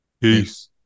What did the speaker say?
peace